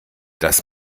das